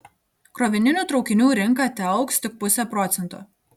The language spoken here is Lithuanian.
krovininių traukinių rinka teaugs tik puse procento